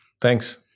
Thanks